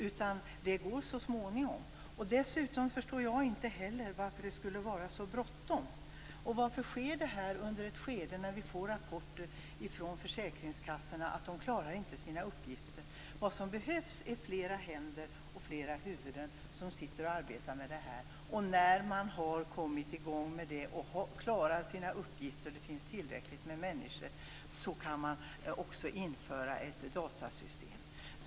Det sker så småningom. Dessutom förstår jag inte heller varför det skulle vara så bråttom. Varför sker detta i ett skede när vi får rapporter från försäkringskassorna att de inte klarar sina uppgifter. Vad som behövs är flera händer och flera huvud som sitter och arbetar. När man har kommit i gång med det, klarar sina uppgifter och det finns tillräckligt med personal, kan man också införa ett datasystem.